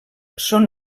són